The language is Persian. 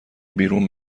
بیرون